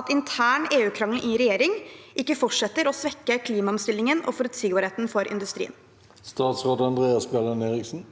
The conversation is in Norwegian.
at intern EU-krangel i regjeringen ikke fortsetter å svekke klimaomstillingen og forutsigbarheten for industrien? Statsråd Andreas Bjelland Eriksen